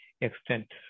extent